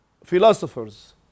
philosophers